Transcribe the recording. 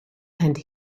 and